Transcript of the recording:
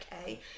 okay